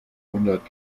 hundert